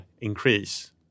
increase